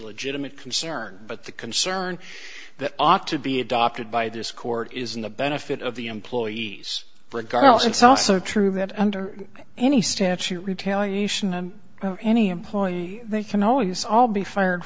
legitimate concern but the concern that ought to be adopted by this court is in the benefit of the employees regardless it's also true that under any statute retaliation and any employee they can always all be fired